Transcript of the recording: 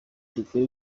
dukore